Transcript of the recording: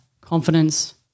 confidence